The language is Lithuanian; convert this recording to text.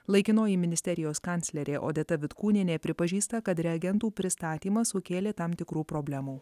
laikinoji ministerijos kanclerė odeta vitkūnienė pripažįsta kad reagentų pristatymas sukėlė tam tikrų problemų